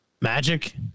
Magic